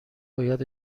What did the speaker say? باید